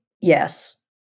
yes